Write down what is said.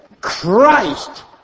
Christ